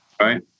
right